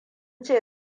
ce